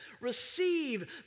Receive